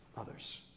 others